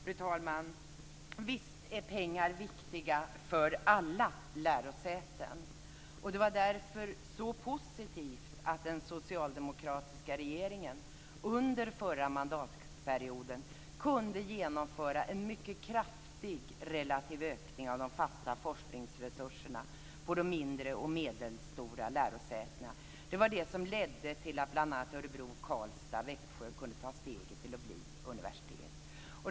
Fru talman! Visst är pengar viktiga för alla lärosäten. Därför var det så positivt att den socialdemokratiska regeringen under den förra mandatperioden kunde genomföra en mycket kraftig relativ ökning av de fasta forskningsresurserna till de mindre och medelstora lärosätena. Det var det som ledde till att bl.a. högskolorna i Örebro, Karlstad och Växjö kunde ta steget att bli universitet.